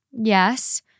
Yes